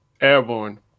Airborne